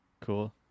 cool